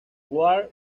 ward